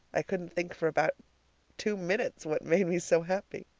i couldn't think for about two minutes what made me so happy.